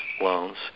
loans